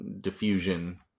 diffusion